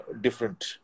different